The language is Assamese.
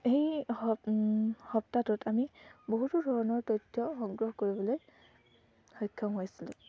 সেই সপ্তাহটোত আমি বহুতো ধৰণৰ তথ্য সংগ্ৰহ কৰিবলৈ সক্ষম হৈছিলোঁ